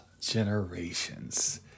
generations